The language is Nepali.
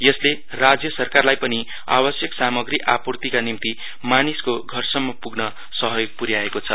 यसले राज्य सरकारलाई पनि आवश्यक सामग्री आप्रर्तीका निम्ति मानिसको घरसम्म पुग्न सहयोग पर्याएको छ